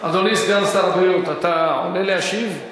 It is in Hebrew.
אדוני סגן שר הבריאות, אתה עולה להשיב?